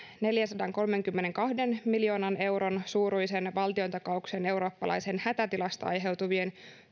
neljänsadankolmenkymmenenkahden miljoonan euron suuruisen valtiontakauksen eurooppalaisen hätätilasta aiheutuvien